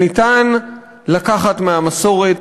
שניתן לקחת מהמסורת,